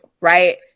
Right